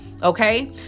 Okay